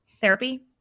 therapy